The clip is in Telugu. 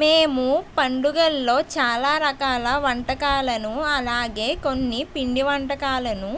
మేము పండుగల్లో చాలా రకాల వంటకాలను అలాగే కొన్ని పిండి వంటకాలను